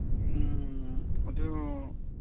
ꯎꯝ ꯑꯗꯨ